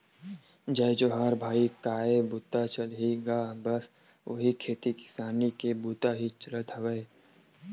जय जोहार भाई काय बूता चलही गा बस उही खेती किसानी के बुता ही चलत हवय